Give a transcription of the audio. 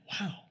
wow